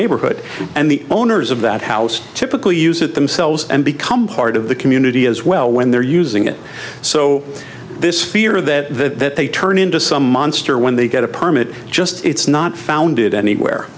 neighborhood and the owners of that house typically use it themselves and become part of the community as well when they're using it so this fear that they turn into some monster when they get a permit just it's not founded anywhere